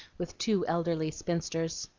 with two elderly spinsters.